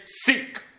seek